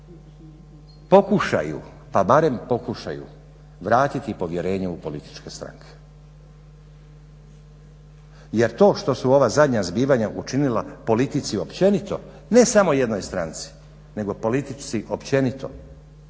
pokušaju, pa barem pokušaju vratiti povjerenje u političke stranke. Jer to što su ova zadnja zbivanja učinila politici općenito, ne samo jednoj stranci, nego politici općenito,